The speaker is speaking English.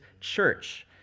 church